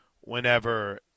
whenever